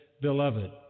beloved